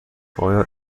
آیا